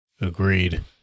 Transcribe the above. Agreed